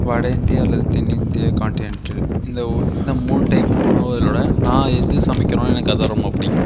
வட இந்தியா அல்லது தென் இந்தியா கான்டினென்டல் இந்த ஒ இந்த மூணு டைப் உணவுகளோடு நான் எது சமைக்கிறேனோ எனக்கு அதான் ரொம்ப பிடிக்கும்